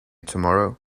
tomorrow